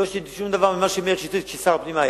לא שיניתי שום דבר ממה שהיה כשמאיר שטרית היה שר הפנים.